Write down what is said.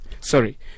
Sorry